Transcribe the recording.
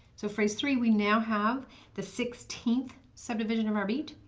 so phrase three we now have the sixteenth subdivision of our beat.